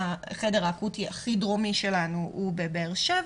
החדר האקוטי הכי דרומי שלנו הוא בבאר שבע.